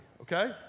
okay